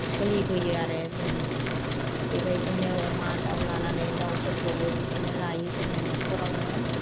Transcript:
सोलिबोयो आरो जों बेबायदिनो अमा दाउ लानानै दाउफोरखौबो बिदिनो लायो जोङो न'खरावनो